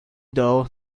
though